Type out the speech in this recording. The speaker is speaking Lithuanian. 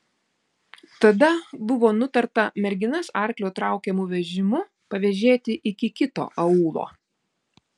tada buvo nutarta merginas arklio traukiamu vežimu pavėžėti iki kito aūlo